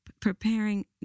preparing